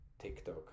TikTok